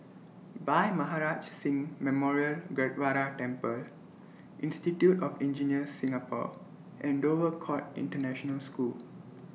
Bhai Maharaj Singh Memorial Gurdwara Temple Institute of Engineers Singapore and Dover Court International School